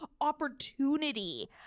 opportunity